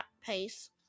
Pace